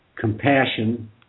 compassion